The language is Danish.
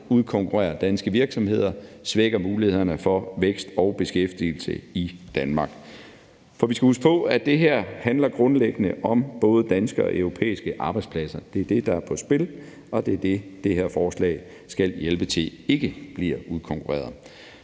udkonkurrerer danske virksomheder og svækker mulighederne for vækst og beskæftigelse i Danmark. For vi skal huske på, at det her grundlæggende handler om både danske og europæiske arbejdspladser – det er dem, der er på spil – og det er dem, som det her forslag skal hjælpe med til ikke bliver udkonkurreret.